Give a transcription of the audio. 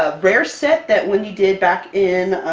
ah rare set that wendy did back in.